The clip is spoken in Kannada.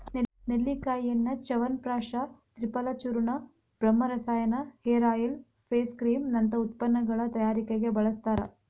ನೆಲ್ಲಿಕಾಯಿಯನ್ನ ಚ್ಯವನಪ್ರಾಶ ತ್ರಿಫಲಚೂರ್ಣ, ಬ್ರಹ್ಮರಸಾಯನ, ಹೇರ್ ಆಯಿಲ್, ಫೇಸ್ ಕ್ರೇಮ್ ನಂತ ಉತ್ಪನ್ನಗಳ ತಯಾರಿಕೆಗೆ ಬಳಸ್ತಾರ